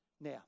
Now